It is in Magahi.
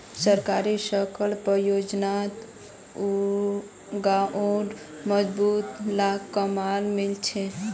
सरकारी सड़क परियोजनात गांउर मजदूर लाक काम मिलील छ